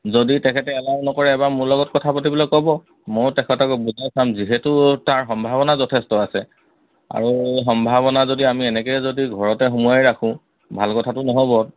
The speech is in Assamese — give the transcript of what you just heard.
যদি তেখেতে এলাও নকৰে এবাৰ মোৰ লগত কথা পাতিবলৈ ক'ব ময়ো তেখেতক বুজাই চাম যিহেতু তাৰ সম্ভাৱনা যথেষ্ট আছে আৰু সম্ভাৱনা যদি আমি এনেকৈ যদি ঘৰতে সোমোৱাই ৰাখোঁ ভাল কথাটো নহ'ব